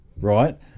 right